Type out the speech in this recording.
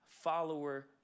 follower